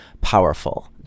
powerful